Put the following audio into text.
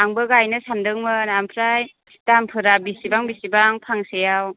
आंबो गायनो सानदोंमोन ओमफ्राय दामफोरा बेसेबां बेसेबां फांसेयाव